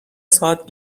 ساعت